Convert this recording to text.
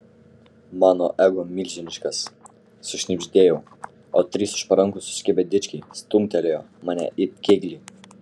mano ego milžiniškas sušnibždėjau o trys už parankių susikibę dičkiai stumtelėjo mane it kėglį